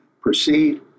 proceed